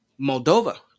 Moldova